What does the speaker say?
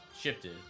shifted